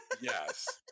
yes